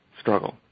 struggle